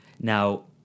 Now